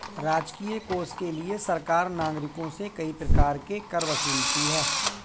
राजकीय कोष के लिए सरकार नागरिकों से कई प्रकार के कर वसूलती है